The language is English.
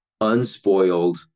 unspoiled